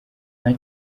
nta